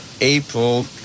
April